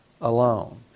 alone